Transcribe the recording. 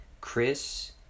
Chris